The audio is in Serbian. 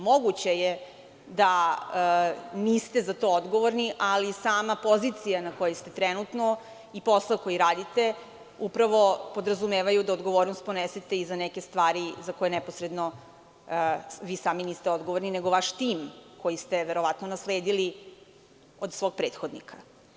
Moguće je da niste za to odgovorni, ali sama pozicija na kojoj ste trenutno, i posao koji radite upravo podrazumevaju da odgovornost ponesete i za neke stvari za koje neposredno vi sami niste odgovorni nego vaš tim, koji ste verovatno nasledili od svog prethodnika.